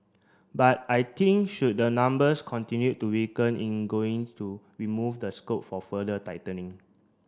but I think should the numbers continue to weaken in going to remove the scope for further tightening